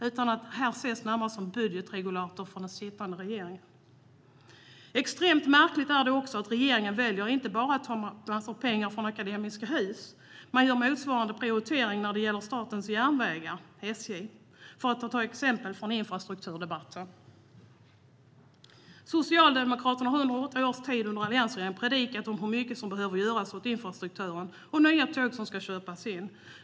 Detta ses närmast som en budgetregulator för den sittande regeringen. Extremt märkligt är också att regeringen inte bara väljer att ta en massa pengar från Akademiska Hus utan också gör motsvarande prioritering när det gäller Statens Järnvägar, SJ, för att ta ett exempel från infrastrukturdebatten. Socialdemokraterna har under åtta års tid under alliansregeringen predikat om hur mycket som behöver göras åt infrastrukturen och att nya tåg måste köpas in.